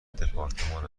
دپارتمان